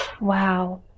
Wow